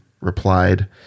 replied